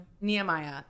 Nehemiah